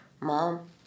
Mom